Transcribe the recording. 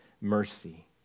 mercy